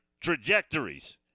trajectories